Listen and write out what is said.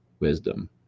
wisdom